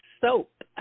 soap